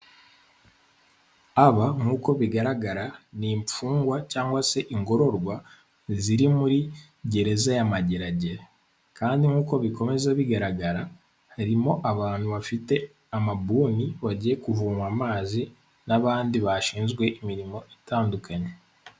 Aba nk'uko bigaragara ni imfungwa cyangwa se ingororwa ziri muri gereza ya mageragere, kandi nk'uko bikomeza bigaragara harimo abantu bafite amabuni bagiye kuvoma amazi n'abandi bashinzwe imirimo itandukanye.